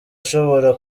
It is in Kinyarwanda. ashobora